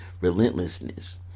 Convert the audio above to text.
Relentlessness